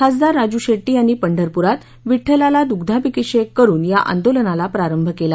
खासदार राजू शेट्टी यांनी पंढरपुरात विवुलाला दुग्धाभिषेक करून या आंदोलनाला प्रारंभ केला